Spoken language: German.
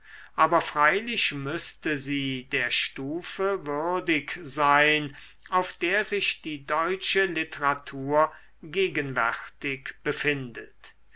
aber freilich müßte sie der stufe würdig sein auf der sich die deutsche literatur gegenwärtig befindet